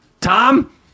tom